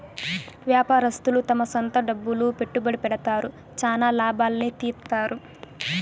వ్యాపారస్తులు తమ సొంత డబ్బులు పెట్టుబడి పెడతారు, చానా లాభాల్ని తీత్తారు